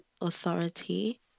authority